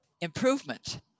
improvement